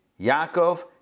Yaakov